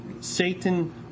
satan